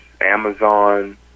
Amazon